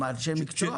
מתוך אנשי המקצוע?